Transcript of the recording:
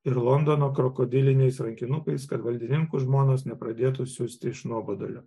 ir londono krokodiliniais rankinukais kad valdininkų žmonos nepradėtų siusti iš nuobodulio